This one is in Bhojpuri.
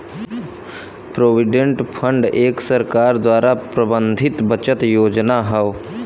प्रोविडेंट फंड एक सरकार द्वारा प्रबंधित बचत योजना हौ